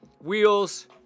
Wheels